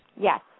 Yes